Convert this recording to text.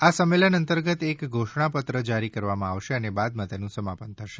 આ સંમેલન અંતર્ગત એક ઘોષણાપત્ર જારી કરવામાં આવશે અને બાદમાં તેનું સમાપન થશે